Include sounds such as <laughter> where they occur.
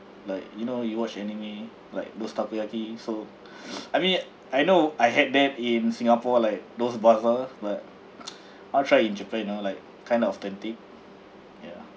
like you know you watch anime like those takoyaki so <breath> I mean I know I had that in singapore like those balls balls but <noise> I want to try in japan you know like kind of authentic ya